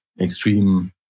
extreme